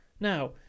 now